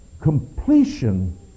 completion